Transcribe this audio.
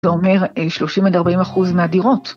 זה אומר 30 עד 40 אחוז מהדירות.